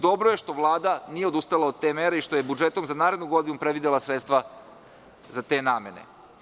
Dobro je što Vlada nije odustala od te mere i što je budžetom za narednu godinu predvidela sredstva za te namene.